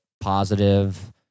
positive